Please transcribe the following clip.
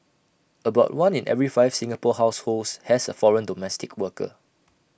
about one in every five Singapore households has A foreign domestic worker